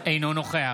אינו נוכח